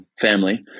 family